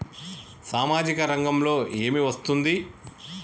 సామాజిక రంగంలో ఏమి వస్తుంది?